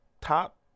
top